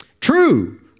true